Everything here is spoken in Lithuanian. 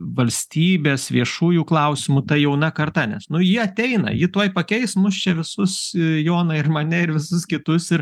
valstybės viešųjų klausimų ta jauna karta nes nu ji ateina ji tuoj pakeis mus čia visus joną ir mane ir visus kitus ir